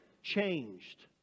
changed